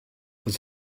was